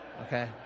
Okay